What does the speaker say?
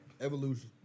Evolution